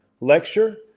lecture